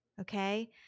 Okay